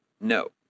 No